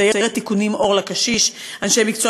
סיירת תיקונים "אור לקשיש" אנשי מקצוע